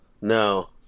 No